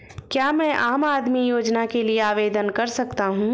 क्या मैं आम आदमी योजना के लिए आवेदन कर सकता हूँ?